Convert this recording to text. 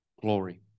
Glory